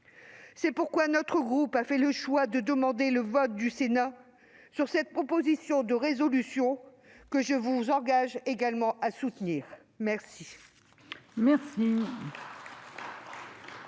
C'est pourquoi notre groupe a fait le choix de demander le vote du Sénat sur cette proposition de résolution, que je vous encourage également à soutenir, mes